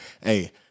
hey